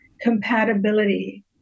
compatibility